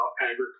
Agriculture